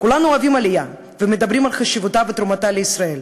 כולנו אוהבים עלייה ומדברים על חשיבותה ותרומתה לישראל,